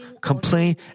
complain